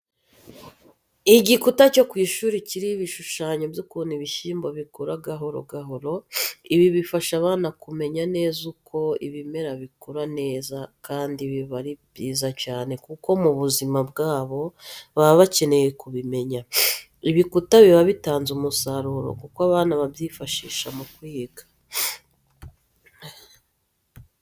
Igikuta cyo ku ishuri kiriho ibishushanyo by'ukuntu ibishyimbo bikura gahoro gahoro. Ibi bifasha abana kumenya neza uko ibimera bikura neza kandi biba ari byiza cyane kuko mu buzima bwabo baba bakeneye kubimenya. Ibikuta biba bitanze umusaruro kuko abana babyifashisha mu kwiga.